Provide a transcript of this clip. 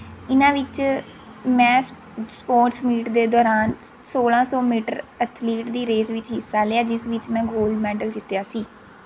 ਇਹਨਾਂ ਵਿੱਚ ਮੈਂ ਸਪੋਰਟਸ ਮੀਟ ਦੇ ਦੌਰਾਨ ਸੋਲਾਂ ਸੌ ਮੀਟਰ ਅਥਲੀਟ ਦੀ ਰੇਸ ਵਿੱਚ ਹਿੱਸਾ ਲਿਆ ਜਿਸ ਵਿੱਚ ਮੈਂ ਗੋਲਡ ਮੈਡਲ ਜਿੱਤਿਆ ਸੀ